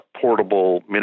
portable